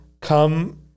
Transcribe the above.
come